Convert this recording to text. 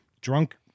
Drunk